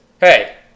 Hey